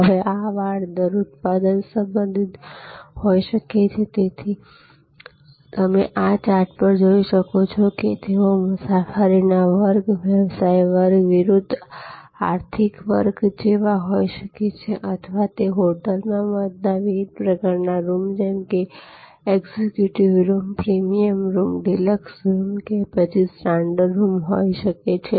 હવે આ વાડ દર ઉત્પાદન સંબંધિત હોઈ શકે છે જેથી તમે આ ચાર્ટ પર જોઈ શકો છો કે તેઓ મુસાફરીના વર્ગ વ્યવસાય વર્ગ વિરુદ્ધ આર્થિક વર્ગ જેવા હોઈ શકે છે અથવા તે હોટલ માં મળતા વિવિધ પ્રકાર ના રૂમ જેમકે executive room premier room deluxe room કે પછી સ્ટાનડર્ડ રૂમ હોય શકે છે